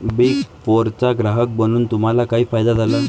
Big फोरचा ग्राहक बनून तुम्हाला काही फायदा झाला?